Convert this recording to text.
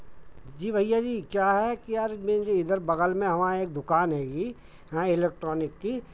जी भैया जी क्या है कि आज मेरे इधर बगल में हमारे एक दुकान है जी हाँ इलेक्ट्रॉनिक की